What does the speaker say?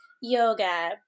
yoga